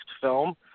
film